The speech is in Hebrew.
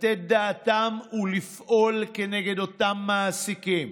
לתת את דעתם ולפעול נגד אותם מעסיקים.